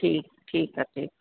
ठीकु ठीकु आहे ठीकु आहे